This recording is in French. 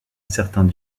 certains